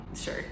sure